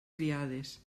criades